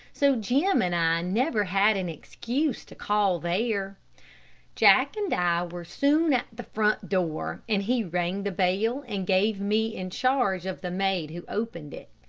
so jim and i never had an excuse to call there. jack and i were soon at the front door, and he rang the bell and gave me in charge of the maid who opened it.